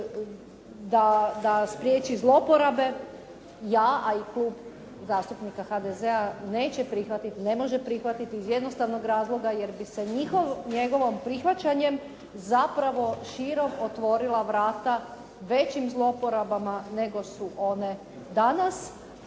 da spriječi zloporabe, ja a i Klub zastupnika HDZ-a neće prihvatit, ne može prihvatit iz jednostavnog razloga jer bi se njegovim prihvaćanjem zapravo širom otvorila vrata većim zloporabama nego su one danas,